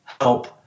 help